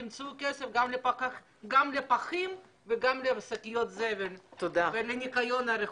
תמצאו כסף גם לפחים וגם לשקיות זבל ולניקיון הרחובות.